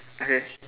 okay